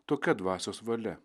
tokia dvasios valia